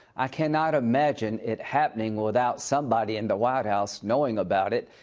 i cannot imagine it happening without somebody in the white house knowing about it.